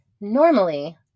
Normally